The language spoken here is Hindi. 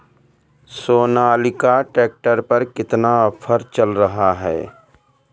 सोनालिका ट्रैक्टर पर कितना ऑफर चल रहा है?